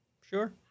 sure